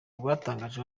rwatangaje